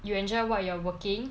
you enjoy what you are working